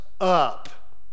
up